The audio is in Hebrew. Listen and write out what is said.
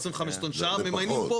לא, 90% ממה שדווח לי.